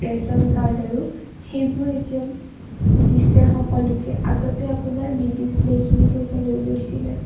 ration card আৰু সেইবোৰ এতিয়া দিছে সকলোকে আগতে আপোনাৰ নিদিছিলে সেইখিনি পইচা লৈ লৈছিলে